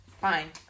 fine